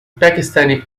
pakistani